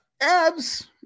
Abs